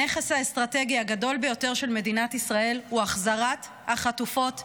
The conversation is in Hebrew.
הנכס האסטרטגי הגדול ביותר של מדינת ישראל הוא החזרת החטופות והחטופים.